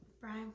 Brian